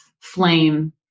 flame